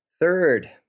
third